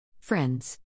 Friends